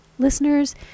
Listeners